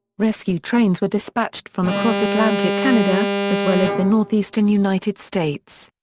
rescue trains were dispatched from across atlantic canada, as well as the northeastern united states.